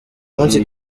munsi